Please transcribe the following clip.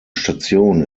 station